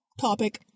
topic